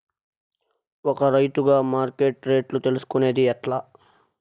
ఒక రైతుగా మార్కెట్ రేట్లు తెలుసుకొనేది ఎట్లా?